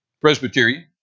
Presbyterian